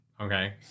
okay